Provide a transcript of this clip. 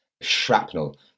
Shrapnel